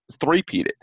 three-peated